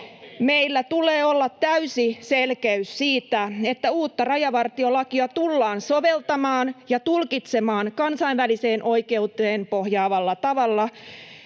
Meillä tulee olla täysi selkeys siitä, että uutta rajavartiolakia tullaan soveltamaan ja tulkitsemaan [Välihuutoja perussuomalaisten